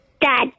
Dad